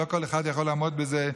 לא כל אחד יכול לעמוד בזה,